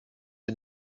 den